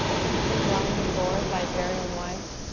typically blind and bored by his very own wife,